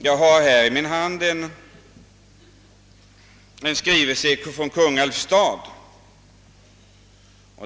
Jag har här i min hand en skrivelse från Kungälvs stad.